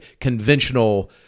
conventional